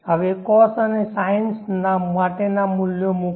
હવે cos અને sines માટેનાં મૂલ્યો મૂકો